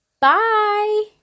bye